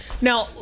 now